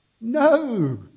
No